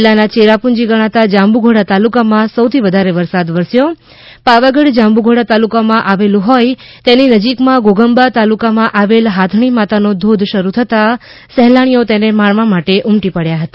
જિલ્લાના ચેરાપુંજી ગણાતા જાંબુઘોડા તાલુકામાં સૌથી વધારે વરસાદ વરસ્યો પાવાગઢ જાંબુઘોડા તાલુકામાં આવેલું હોઈ તેની નજીક માં ઘોઘંબા તાલુકામાં આવેલ હાથણી માતાનો ધોધ શરૂ થતાં સહેલાણીઓ તેને માણવા માટે ઉમટી પડ્યા હતા